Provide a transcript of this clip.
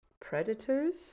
predators